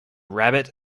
rabbit